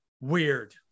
weird